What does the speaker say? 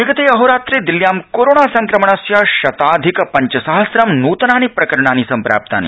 विगते अहोरात्रे दिल्ल्यां कोरोना संक्रमणस्य शताधिक पंचसहस्रं नूतनानि प्रकरणानि सम्प्राप्तानि